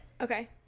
okay